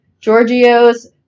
Giorgio's